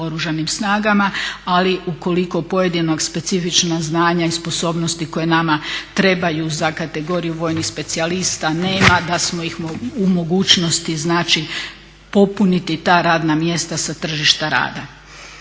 ali ukoliko pojedina specifična znanja i sposobnosti koje nama trebaju za kategoriju vojnih specijalista nema, da smo ih u mogućnosti znači popuniti ta radna mjesta sa tržišta rada.